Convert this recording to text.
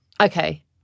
Okay